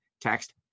Text